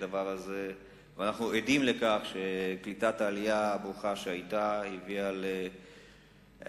ואנחנו עדים לכך שקליטת העלייה הברוכה שהיתה הביאה לפיתוח